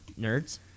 nerds